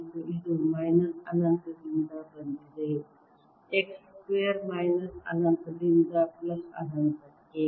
ಮತ್ತು ಇದು ಮೈನಸ್ ಅನಂತದಿಂದ ಬಂದಿದೆ x ಸ್ಕ್ವೇರ್ ಮೈನಸ್ ಅನಂತದಿಂದ ಪ್ಲಸ್ ಅನಂತಕ್ಕೆ